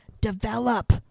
develop